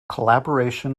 collaboration